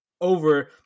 over